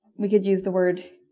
we could use the word